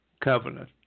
covenant